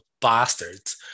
bastards